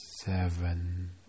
seven